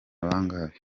bangahe